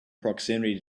proximity